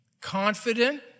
Confident